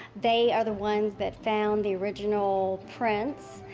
they are the ones that found the original prints,